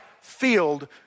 field